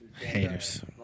Haters